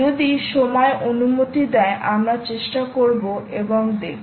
যদি সময় অনুমতি দেয় আমরা চেষ্টা করব এবং দেখব